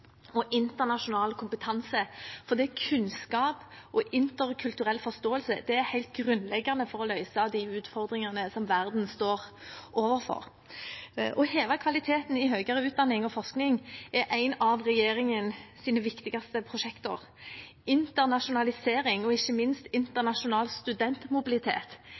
med internasjonal erfaring og internasjonal kompetanse, fordi kunnskap og interkulturell forståelse er helt grunnleggende for å løse de utfordringene verden står overfor. Å heve kvaliteten i høyere utdanning og forskning er et av regjeringens viktigste prosjekter. Internasjonalisering og ikke minst internasjonal studentmobilitet